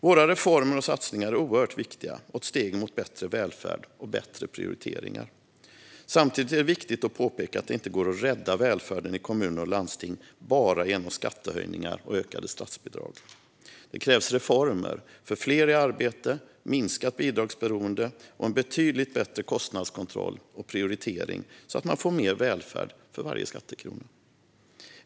Våra reformer och satsningar är oerhört viktiga och ett steg mot bättre välfärd och bättre prioriteringar. Samtidigt är det viktigt att påpeka att det inte går att rädda välfärden i kommuner och landsting bara genom skattehöjningar eller ökade statsbidrag. Det krävs reformer för fler i arbete, minskat bidragsberoende och en betydligt bättre kostnadskontroll och prioritering så att man får mer välfärd för varje skattekrona.